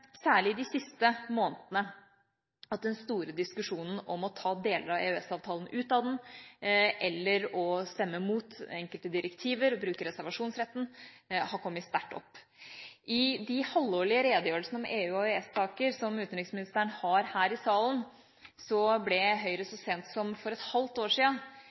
særlig i de siste månedene at den store diskusjonen om å ta deler av EØS-avtalen ut av den, eller å stemme imot de enkelte direktiver og bruke reservasjonsretten, har kommet sterkt opp. I de halvårlige redegjørelsene om EU og EØS-saker som utenriksministeren har her i salen, ble Høyre så sent som for et halvt år